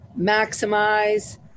maximize